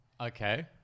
Okay